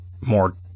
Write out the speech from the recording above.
more